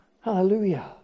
Hallelujah